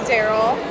Daryl